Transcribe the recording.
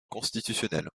constitutionnel